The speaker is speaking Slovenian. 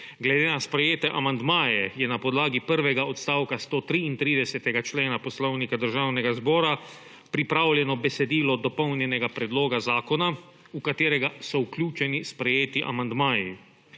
Glede na sprejete amandmaje je na podlagi prvega odstavka 133. člena Poslovnika Državnega zbora pripravljeno besedilo dopolnjenega predloga zakona v katerega so vključeni sprejeti amandmaji.